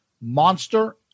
monster